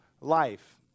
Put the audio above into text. life